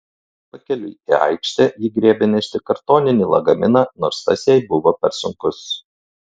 pakeliui į aikštę ji griebė nešti kartoninį lagaminą nors tas jai buvo per sunkus